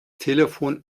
telefon